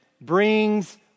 brings